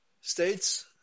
states